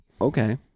okay